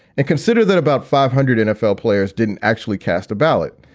and consider that about five hundred nfl players didn't actually cast a ballot.